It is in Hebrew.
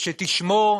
שתשמור